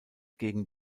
gegen